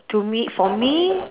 to me for me